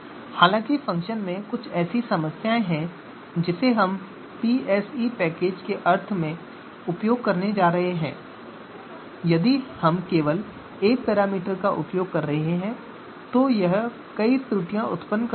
हालाँकि फ़ंक्शन में कुछ समस्या है जिसे हम pse पैकेज में इस अर्थ में उपयोग करने जा रहे हैं कि यदि हम केवल एक पैरामीटर का उपयोग कर रहे हैं तो यह कई त्रुटियाँ उत्पन्न करता है